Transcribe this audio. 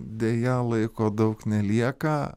deja laiko daug nelieka